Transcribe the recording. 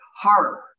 horror